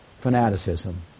fanaticism